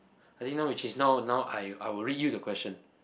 I think now we change now now I I will read you the question